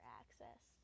access